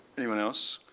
anyone else?